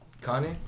Connie